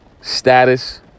status